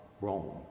Rome